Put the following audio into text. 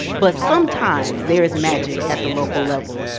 but sometimes there is magic at the local level,